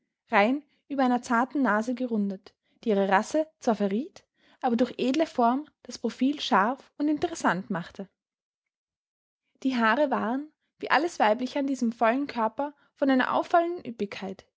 rein über einer zarten nase gerundet die ihre rasse zwar verriet aber durch edle form das profil scharf und interessant machte die haare waren wie alles weibliche an diesem vollen körper von einer auffallenden